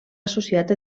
associat